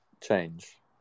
change